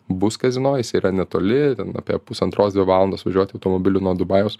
bus kazino jisai yra netoli ten apie pusantros dvi valandos važiuoti automobiliu nuo dubajaus